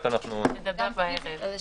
נדבר על זה